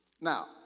Now